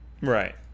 Right